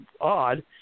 odd